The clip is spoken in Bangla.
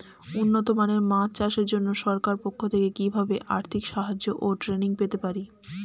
উন্নত মানের মাছ চাষের জন্য সরকার পক্ষ থেকে কিভাবে আর্থিক সাহায্য ও ট্রেনিং পেতে পারি?